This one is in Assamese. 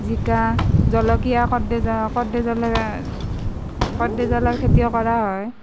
জিকা জলকীয়া কট বেজা কট বেজাল কট বেজালৰ খেতিও কৰা হয়